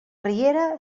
riera